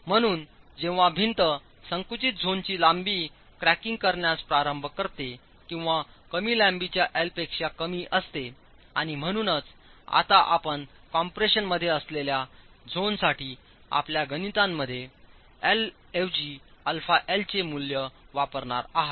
म्हणून जेव्हा भिंत संकुचित झोनची लांबी क्रॅकिंग करण्यास प्रारंभकरते किंवाकमीलांबीच्याएलपेक्षाकमी असतेआणि म्हणूनच आता आपणकॉम्प्रेशनमध्ये असलेल्या झोनसाठीआपल्या गणितांमध्ये L ऐवजी αL चे मूल्य वापरणारआहात